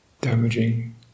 damaging